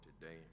today